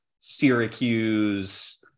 Syracuse